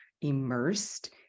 immersed